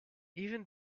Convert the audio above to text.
even